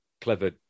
clever